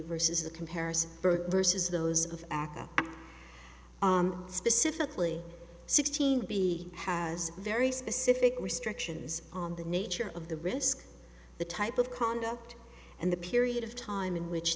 versus the comparison versus those of aca specifically sixteen b has very specific restrictions on the nature of the risk the type of conduct and the period of time in which